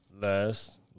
Last